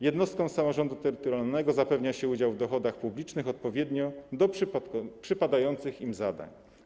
Jednostkom samorządu terytorialnego zapewnia się udział w dochodach publicznych odpowiednio do przypadających im zadań.